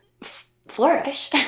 flourish